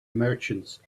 merchants